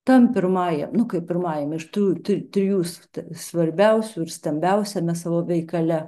tam pirmajam nu kaip pirmajam iš tų tri trijų svarbiausių ir stambiausiame savo veikale